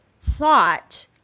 thought